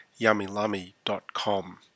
yummylummy.com